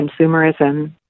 consumerism